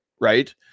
right